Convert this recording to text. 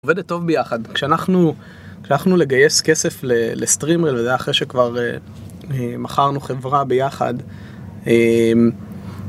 עובדת טוב ביחד. כשאנחנו, כשהלכנו לגייס כסף לסטרימר, וזה היה אחרי ש...כבר מכרנו חברה ביחד...